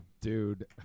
dude